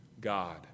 God